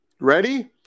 ready